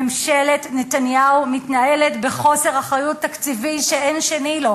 ממשלת נתניהו מתנהלת בחוסר אחריות תקציבית שאין שני לו.